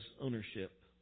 ownership